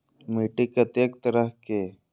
मिट्टी कतेक तरह के?